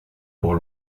pour